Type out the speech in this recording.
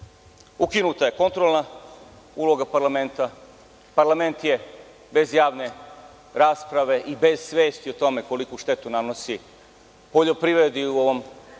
zemlji. Ukinuta je kontrolna uloga parlamenta. Parlament je bez javne rasprave i bez svesti o tome koliku štetu nanosi poljoprivredi u ovoj državi